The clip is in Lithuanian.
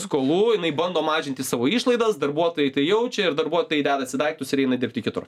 skolų jinai bando mažinti savo išlaidas darbuotojai tai jaučia ir darbuotojai dedasi daiktus ir eina dirbti kitur